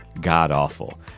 god-awful